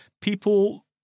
people